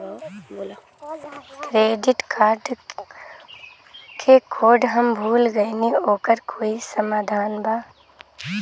Credit card क code हम भूल गइली ओकर कोई समाधान बा?